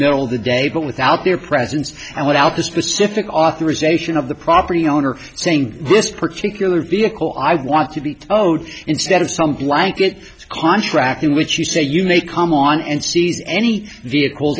middle of the day but without their presence and without the specific authorization of the property owner saying this particular vehicle i want to be towed instead of some blanket contract in which you say you may come on and seize any vehicle